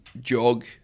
jog